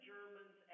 Germans